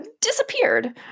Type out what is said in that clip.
disappeared